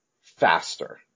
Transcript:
faster